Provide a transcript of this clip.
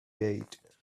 gate